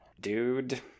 Dude